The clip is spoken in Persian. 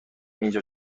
اینجا